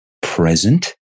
present